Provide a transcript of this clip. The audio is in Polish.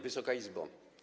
Wysoka Izbo!